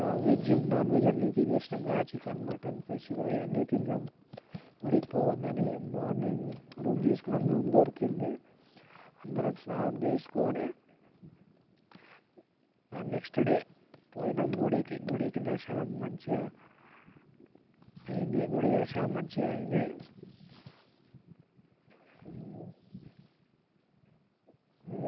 నా veg non veg అంతా తినేసాము కదా చికెన్ మటన్ ఫిష్ ఫ్రై అన్ని తిన్నాము గుడికి పోవద్దు అని మార్నింగ్ రూమ్ తీసుకున్నాం రూమ్ దొరికింది అందరం స్నానం చేసుకొని ఆ నెక్స్ట్ డే పోయినం గుడికి గుడికి దర్శనం మంచిగా అయ్యింది గుడి దర్శనం మంచిగా అయ్యింది